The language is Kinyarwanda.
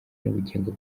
n’ubugingo